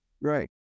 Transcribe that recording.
Right